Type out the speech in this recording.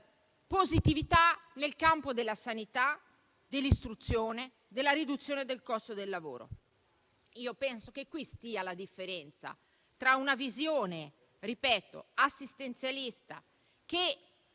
positività nel campo della sanità, dell'istruzione, della riduzione del costo del lavoro. Penso che qui stia la differenza tra una visione assistenzialista che